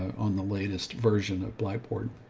on the latest version of blackboard.